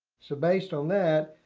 so based on that,